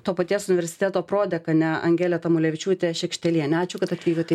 to paties universiteto prodekane angelė tamulevičiūtė šekštelienė ačiū kad atvykote